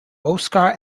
oskar